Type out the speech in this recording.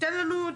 תן לנו,